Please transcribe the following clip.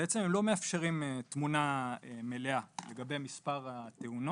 ובעצם הם לא מאפשרים תמונה מלאה לגבי מספר התאונות.